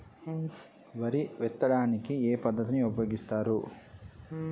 వరి విత్తడానికి ఏ పద్ధతిని ఉపయోగిస్తారు?